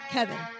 Kevin